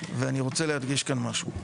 ואני רוצה להדגיש כאן משהו.